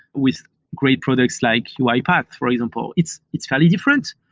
with great products like uipath, for example. it's it's fairly different,